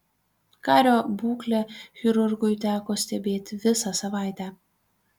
kario būklę chirurgui teko stebėti visą savaitę